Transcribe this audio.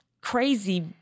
crazy